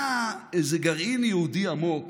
היה איזה גרעין יהודי עמוק